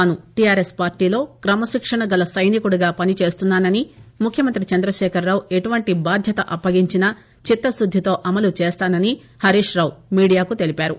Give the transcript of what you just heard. తాను టిఆర్ఎస్ పార్టీలో క్రమశిక్షణ గల సైనికునిగా పని చేస్తున్నానని ముఖ్యమంతి చంద్రశేఖరరావు ఎటువంటి బాధ్యత అప్పగించినా చిత్తశుద్దితో అమలు చేస్తానని హరీష్రావు మీడియాకు తెలిపారు